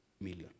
million